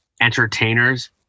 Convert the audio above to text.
entertainers